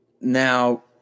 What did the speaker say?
now